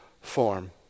form